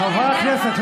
חברי הכנסת,